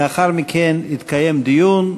לאחר מכן יתקיים דיון.